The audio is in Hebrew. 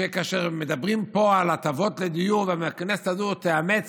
כאשר מדברים פה על הטבות בדיור ושהכנסת הזו תאמץ